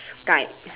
skype